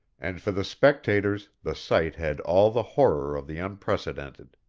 and for the spectators the sight had all the horror of the unprecedented.